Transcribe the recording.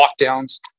lockdowns